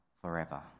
forever